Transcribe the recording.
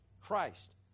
Christ